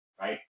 right